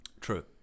True